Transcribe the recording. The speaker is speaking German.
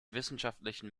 wissenschaftlichen